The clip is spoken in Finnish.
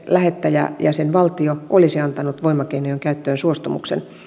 lähettäjäjäsenvaltio olisi antanut voimakeinojen käyttöön suostumuksen